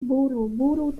buruburu